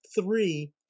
three